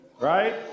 Right